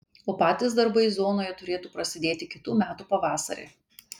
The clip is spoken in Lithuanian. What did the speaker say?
o patys darbai zonoje turėtų prasidėti kitų metų pavasarį